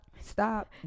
stop